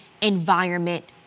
environment